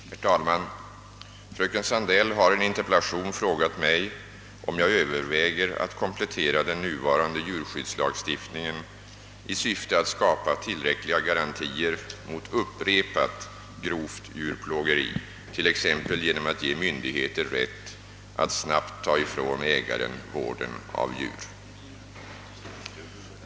Herr talman! Fröken Sandell har i en interpellation frågat mig om jag överväger att komplettera den nuvarande djurskyddslagstiftningen i syfte att skapa tillräckliga garantier mot upprepat grovt djurplågeri, t.ex. genom att ge myndigheter rätt att snabbt ta från ägaren vården av djur.